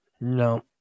No